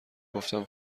گفتم